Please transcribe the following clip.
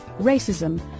racism